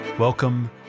Welcome